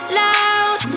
loud